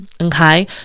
okay